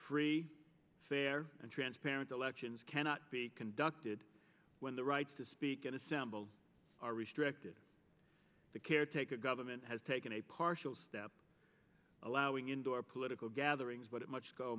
free fair and transparent elections cannot be conducted when the rights to speak and assemble are restricted the caretaker government has taken a partial step allowing into our political gatherings but much go